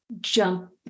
jump